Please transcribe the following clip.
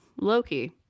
Loki